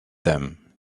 them